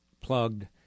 plugged